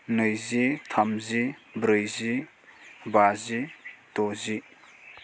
नैजि थामजि ब्रैजि बाजि द'जि